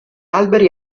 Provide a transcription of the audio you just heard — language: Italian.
alberi